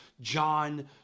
John